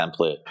template